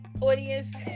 audience